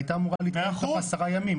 היא הייתה אמורה להתקיים תוך 10 ימים.